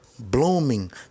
blooming